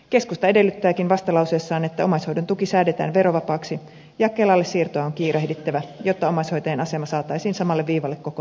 keskusta edellyttääkin vastalauseessaan että omaishoidon tuki säädetään verovapaaksi ja kelalle siirtoa on kiirehdittävä jotta omaishoitajien asema saataisiin samalle viivalle koko maassa